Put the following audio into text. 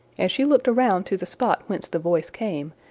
and she looked around to the spot whence the voice came,